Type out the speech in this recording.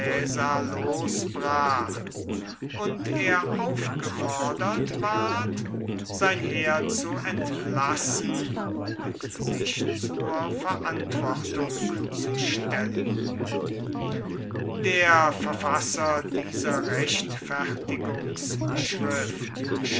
losbrach und er aufgefordert ward sein heer zu entlassen und sich zur verantwortung zu stellen der verfasser dieser